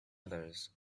others